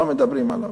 לא מדברים עליו.